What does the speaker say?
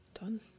Done